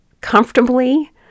comfortably